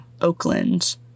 oakland